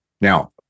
Now